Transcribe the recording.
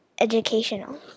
educational